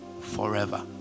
forever